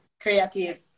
creative